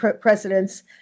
presidents